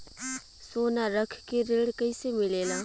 सोना रख के ऋण कैसे मिलेला?